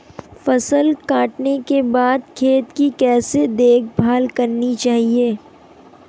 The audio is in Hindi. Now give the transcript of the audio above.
फसल काटने के बाद खेत की कैसे देखभाल करनी चाहिए?